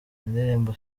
indirimbo